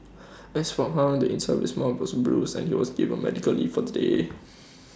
as for hung the inside of his mouth was bruised and he was given medical leave for the day